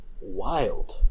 wild